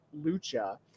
Lucha